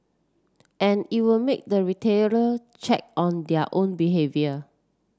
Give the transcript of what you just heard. and it will make the retailer check on their own behaviour